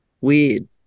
weird